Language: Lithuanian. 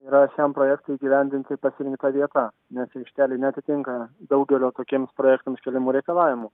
yra šiam projektui įgyvendinti pasirinkta vieta nes aikštelė neatitinka daugelio tokiems projektams keliamų reikalavimų